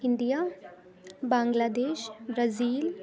India Bangladesh Brazil